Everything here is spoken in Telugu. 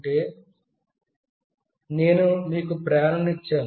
నేను మీకు ప్రేరణ ఇచ్చాను